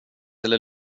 eller